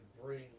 bring